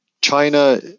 China